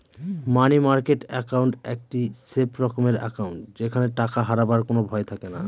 মানি market account একটি safe রকমের account যেখানে টাকা হারাবার কোনো ভয় থাকেনা